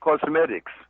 Cosmetics